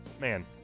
Man